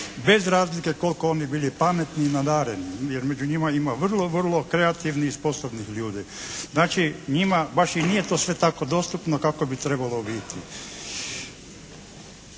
bez razlike koliko oni bili pametni i nadareni jer među njima ima vrlo, vrlo kreativnih i sposobnih ljudi. Znači njima baš i nije to sve tako dostupno kako bi trebalo biti.